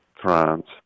France